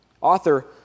Author